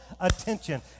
attention